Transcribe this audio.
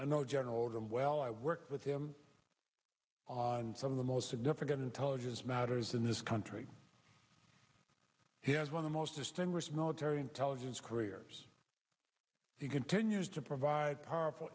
i know general odom well i worked with him on some of the most significant intelligence matters in this country he has won the most distinguished military intelligence careers he continues to provide powerful